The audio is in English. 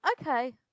okay